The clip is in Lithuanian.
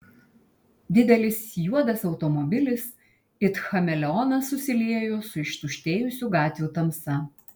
didelis juodas automobilis it chameleonas susiliejo su ištuštėjusių gatvių tamsa